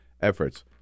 efforts